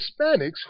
Hispanics